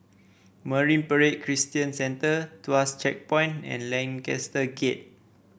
Marine Parade Christian Centre Tuas Checkpoint and Lancaster Gate